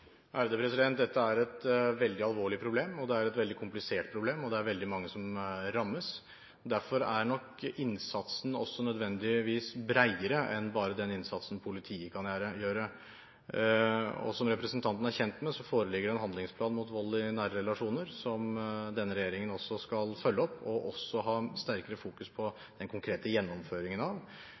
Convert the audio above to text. Dette er et veldig alvorlig problem, og det er et veldig komplisert problem, og det er veldig mange som rammes. Derfor er innsatsen nødvendigvis bredere enn bare den innsatsen politiet kan gjøre. Som representanten er kjent med, foreligger det en handlingsplan mot vold i nære relasjoner som denne regjeringen skal følge opp, og også fokusere sterkere på den konkrete gjennomføringen av.